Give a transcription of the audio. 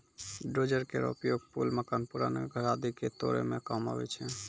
dozer केरो उपयोग पुल, मकान, पुराना घर आदि क तोरै म काम आवै छै